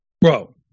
Bro